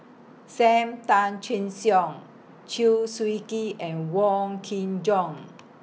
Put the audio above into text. SAM Tan Chin Siong Chew Swee Kee and Wong Kin Jong